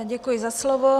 Děkuji za slovo.